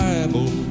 Bible